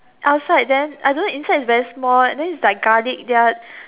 outside then I don't know inside is very small then is like garlic their